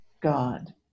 God